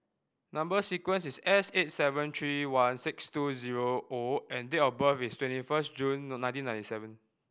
number sequence is S eight seven three one six two zero O and date of birth is twenty first June nineteen ninety seven